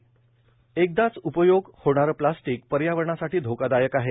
एकदाच उपयोग होणारे प्लास्टिक पर्यावरणासाठी धोकादायक आहे